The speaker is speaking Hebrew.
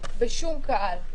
בשום קהל,